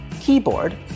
Keyboard